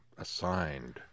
assigned